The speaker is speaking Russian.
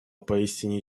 поистине